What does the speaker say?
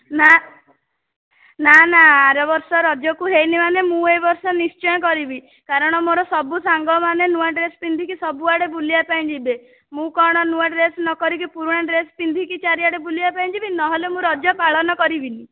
ନା ନା ନା ଆର ବର୍ଷ ରଜକୁ ହେଇନି ମାନେ ମୁଁ ଏଇ ବର୍ଷ ନିଶ୍ଚୟ କରିବି କାରଣ ମୋର ସବୁ ସାଙ୍ଗ ମାନେ ନୂଆ ଡ୍ରେସ୍ ପିନ୍ଧିକି ସବୁଆଡ଼େ ବୁଲିବା ପାଇଁ ଯିବେ ମୁଁ କ'ଣ ନୂଆ ଡ୍ରେସ୍ ନକରିକି ପୁରୁଣା ଡ୍ରେସ୍ ପିନ୍ଧିକି ଚାରିଆଡ଼େ ବୁଲିବା ପାଇଁ ଯିବି ନହେଲେ ମୁଁ ରଜ ପାଳନ କରିବିନି